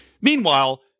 Meanwhile